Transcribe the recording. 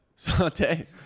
Saute